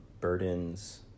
burdens